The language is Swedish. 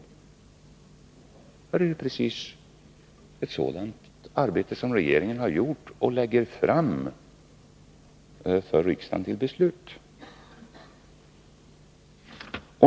Ja, men det är precis ett sådant arbete som regeringen har gjort och lägger fram för riksdagen för beslut.